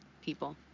people